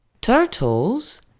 Turtles